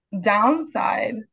downside